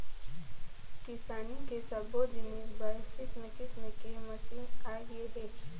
किसानी के सब्बो जिनिस बर किसम किसम के मसीन आगे हे